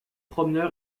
promeneurs